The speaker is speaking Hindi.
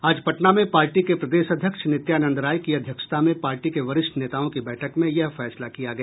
आज पटना में पार्टी के प्रदेश अध्यक्ष नित्यानंद राय की अध्यक्षता में पार्टी के वरिष्ठ नेताओं की बैठक में यह फैसला किया गया